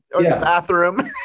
bathroom